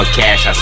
cash